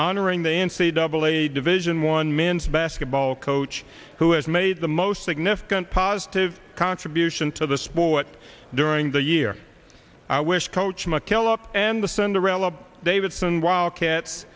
honoring the n c a a double a division one men's basketball coach who has made the most significant positive contribution to the sport during the year i wish coach mckillop and the cinderella davidson wildcat